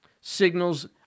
signals